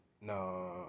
no